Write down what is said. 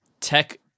tech